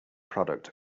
product